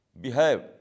behave